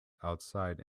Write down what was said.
outside